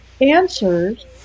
answers